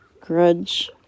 grudge